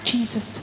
Jesus